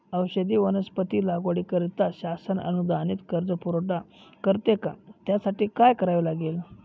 औषधी वनस्पती लागवडीकरिता शासन अनुदानित कर्ज पुरवठा करते का? त्यासाठी काय करावे लागेल?